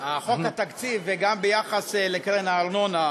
חוק התקציב, וגם ביחס לקרן הארנונה,